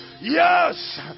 Yes